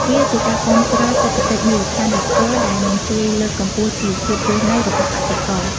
វាជាការគាំទ្រសេដ្ឋកិច្ចមូលដ្ឋានដោយផ្ទាល់ដែលនឹងជួយលើកកម្ពស់ជីវភាពរស់នៅរបស់កសិករ។